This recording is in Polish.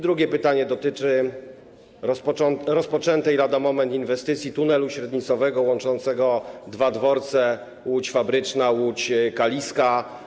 Drugie pytanie dotyczy rozpoczynającej się lada moment inwestycji tunelu średnicowego łączącego dwa dworce - Łódź Fabryczną i Łódź Kaliską.